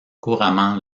couramment